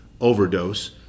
overdose